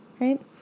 right